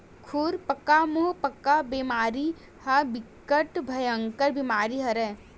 खुरपका मुंहपका बेमारी ह बिकट भयानक बेमारी हरय